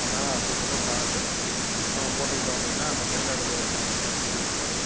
அதனால் அப்பைக்குள்ளே பார்த்து நம்ப போட்டுகிட்டோம் அப்படின்னா அந்த மயிலாடுதுறை எக்ஸ்ப்ரெஸில் பிடிச்சிட்டு போய்ர்லாம்